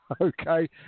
okay